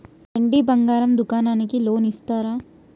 వెండి బంగారం దుకాణానికి లోన్ ఇస్తారా?